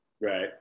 Right